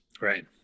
Right